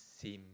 theme